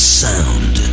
sound